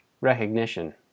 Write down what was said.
recognition